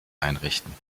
einrichten